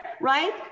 right